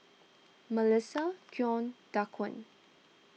Mellissa Keon Daquan